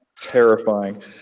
terrifying